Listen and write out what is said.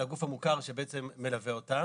הגוף המוכר שבעצם מלווה אותם.